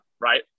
right